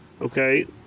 okay